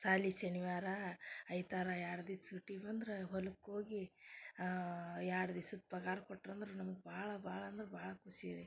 ಶಾಲಿ ಶನಿವಾರ ಐತಾರ ಎರಡು ದಿಸ ಸೂಟಿ ಬಂದ್ರೆ ಹೊಲಕ್ಕೆ ಹೋಗಿ ಎರಡು ದಿಸದ್ದು ಪಗಾರ ಕೊಟ್ರೆ ಅಂದ್ರೆ ನಮ್ಗೆ ಭಾಳ ಭಾಳ ಅಂದ್ರೆ ಭಾಳ ಖುಷಿ ರೀ